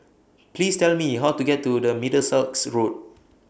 Please Tell Me How to get to Middlesex Road